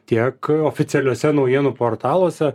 tiek oficialiuose naujienų portaluose